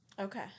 okay